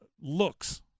looks